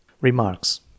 Remarks